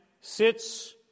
sits